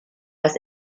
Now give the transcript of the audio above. das